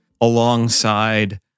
alongside